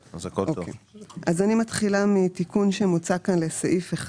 אוקיי, אז אני מתחילה מתיקון שמוצע כאן לסעיף,